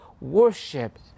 worship